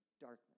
darkness